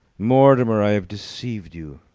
mortimer, i have deceived you!